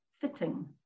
fitting